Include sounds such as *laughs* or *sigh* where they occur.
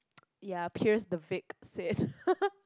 ya Pierce the Vic said *laughs*